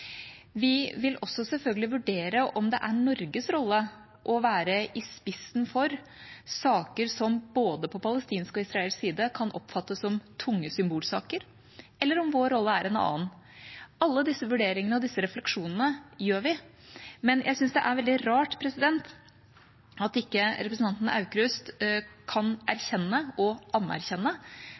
Vi vil selvfølgelig også vurdere om det er Norges rolle å være i spissen for saker som på både palestinsk og israelsk side kan oppfattes som tunge symbolsaker, eller om vår rolle er en annen. Alle disse vurderingene og disse refleksjonene gjør vi, men jeg syns det er veldig rart at ikke representanten Aukrust kan erkjenne – og anerkjenne